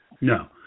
No